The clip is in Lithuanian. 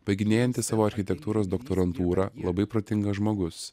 baiginėjantis savo architektūros doktorantūrą labai protingas žmogus